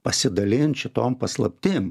pasidalint šitom paslaptim